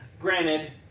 Granted